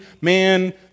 Man